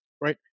right